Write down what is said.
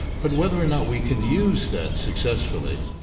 but whether or not we can use that successfully,